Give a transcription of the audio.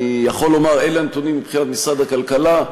אני יכול לומר שאלה הנתונים מבחינת משרד הכלכלה.